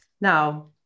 Now